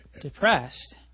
depressed